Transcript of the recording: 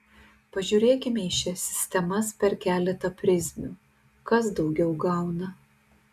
pažiūrėkime į šias sistemas per keletą prizmių kas daugiau gauna